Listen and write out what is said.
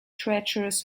treacherous